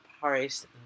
Paris